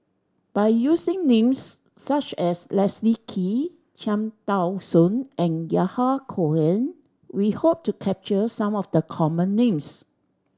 by using names such as Leslie Kee Cham Tao Soon and Yahya Cohen we hope to capture some of the common names